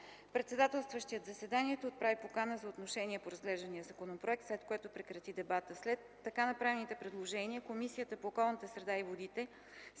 Председателстващият заседанието отправи покана за отношение по разглеждания законопроект, след което прекрати дебата. След така направените предложения, Комисията по околната среда и водите